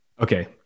Okay